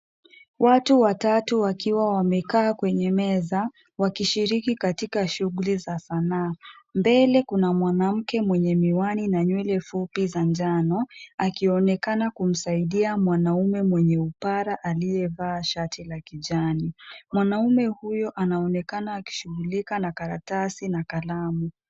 Watu watatu wakiwa wamekaa kwenye meza wakishiriki katika shughuli za sanaa. Mbele kuna mwanamke mwenye miwani na nywele fupi za njano akionekana kumsaidia mwanaume mwenye upara aliyevaa shati la kijani. Mwanaume huyo anaonekana akishughulika na karatasi na kalamu.